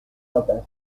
batalla